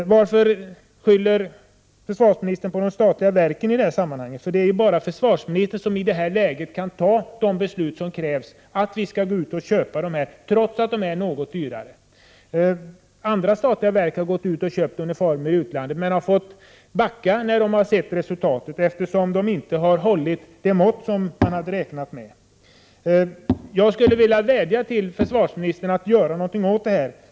Varför skyller försvarsministern på de statliga verken? Det är ju bara försvarsministern som i det här läget kan ta de beslut som krävs om att vi skall köpa svenskt trots att det blir något dyrare. Andra statliga verk har köpt uniformer i utlandet, men de har fått backa när de har sett resultatet — uniformerna har inte hållit måttet. Jag skulle vilja vädja till försvarsministern att göra någonting åt detta.